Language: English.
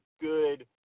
good